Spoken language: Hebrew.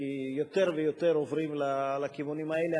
כי יותר ויותר עוברים לכיוונים האלה.